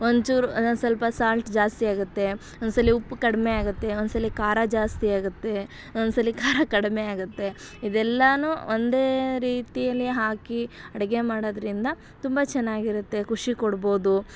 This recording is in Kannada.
ಒಂಚೂರು ಒಂದೊಂದು ಸ್ವಲ್ಪ ಸಾಲ್ಟ್ ಜಾಸ್ತಿ ಆಗುತ್ತೆ ಒಂದ್ಸಲ ಉಪ್ಪು ಕಡಿಮೆ ಆಗುತ್ತೆ ಒಂದ್ಸಲ ಖಾರ ಜಾಸ್ತಿ ಆಗುತ್ತೆ ಒಂದೊಂದ್ಸಲ ಖಾರ ಕಡಿಮೆ ಆಗುತ್ತೆ ಇದೆಲ್ಲವೂ ಒಂದೇ ರೀತಿಯಲ್ಲಿ ಹಾಕಿ ಅಡುಗೆ ಮಾಡೋದರಿಂದ ತುಂಬ ಚೆನ್ನಾಗಿರುತ್ತೆ ಖುಷಿ ಕೊಡ್ಬೋದು